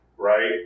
right